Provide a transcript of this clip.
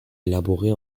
élaborés